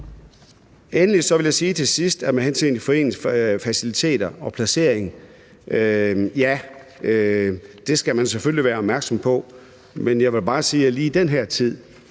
Endelig vil jeg sige til sidst med hensyn til foreningslivets faciliteters placering, at det skal man selvfølgelig være opmærksom på, men jeg vil bare sige, at lige i den her tid